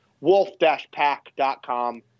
Wolf-pack.com